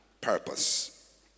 purpose